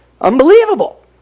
Unbelievable